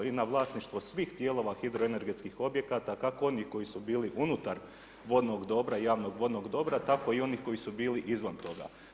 I na vlasništvo svih dijelova hidro energetskih objekata, kako onih koji su bili unutar vodnog dobra, javnog vodnog dobra, tako i onih koji su bili izvan toga.